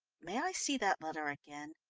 may i see that letter again?